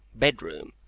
bedroom,